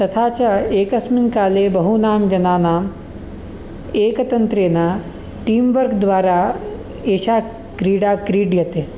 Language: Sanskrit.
तथा च एकस्मिन् काले बहूनां जनानाम् एकतन्त्रेन टीम् वर्क् द्वारा एषा क्रीडा क्रीड्यते